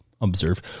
observe